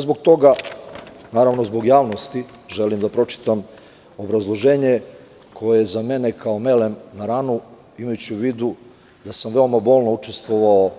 Zbog toga i zbog javnosti želim da pročitam obrazloženje koje je za mene kao melem na ranu imajući u vidu da sam veoma bolno učestvovao